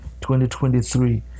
2023